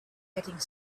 getting